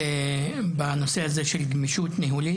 בדיון על הנושא של גמישות ניהולית.